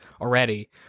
already